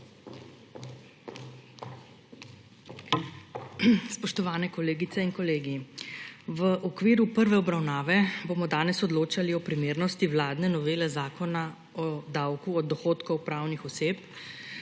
Spoštovani kolegice in kolegi! V okviru prve obravnave bomo danes odločali o primernosti vladne novele Zakona o davku od dohodkov pravnih oseb,